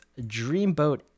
Dreamboat